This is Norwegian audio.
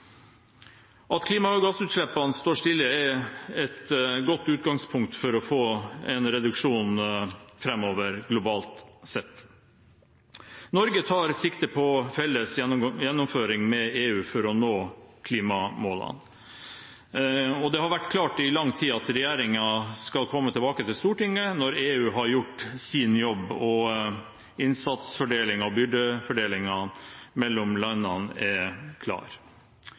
At klimagassutslippene står stille, er et godt utgangspunkt for å få en reduksjon framover globalt sett. Norge tar sikte på felles gjennomføring med EU for å nå klimamålene. Det har vært klart i lang tid at regjeringen skal komme tilbake til Stortinget når EU har gjort sin jobb og innsatsfordelingen og byrdefordelingen mellom landene er klar.